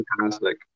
fantastic